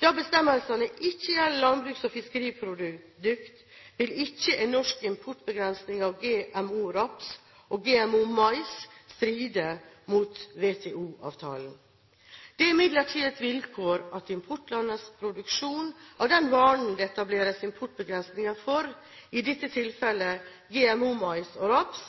Da bestemmelsene ikke gjelder landbruks- og fiskeriprodukter, vil ikke en norsk importbegrensning av GMO-raps og GMO-mais stride mot WTO-avtalen. Det er imidlertid et vilkår at importlandenes produksjon av den varen det etableres importbegrensninger for – i dette tilfellet GMO-mais og